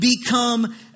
become